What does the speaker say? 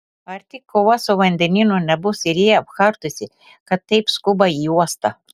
ar tik kova su vandenynu nebus ir jai apkartusi kad taip skuba į uostą